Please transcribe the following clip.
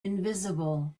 invisible